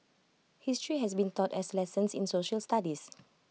history has been taught as lessons in social studies